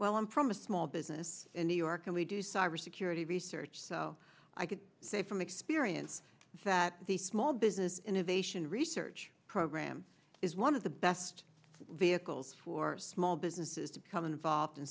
well i'm from a small business in new york and we do cybersecurity research so i could say from experience that the small business innovation research program is one of the best vehicles for small businesses to become involved in